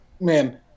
Man